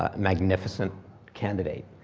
ah magnificent candidate.